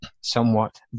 somewhat